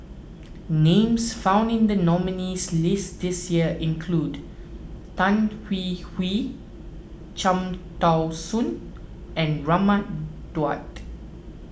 names found in the nominees' list this year include Tan Hwee Hwee Cham Tao Soon and Raman Daud